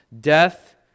death